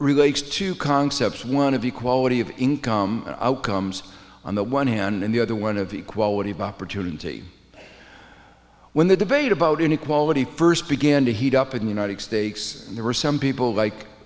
relates to concepts one of the equality of income outcomes on the one hand and the other one of the equality of opportunity when the debate about inequality first began to heat up in the united states and there were some people like